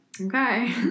Okay